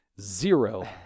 zero